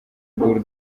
bull